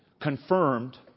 confirmed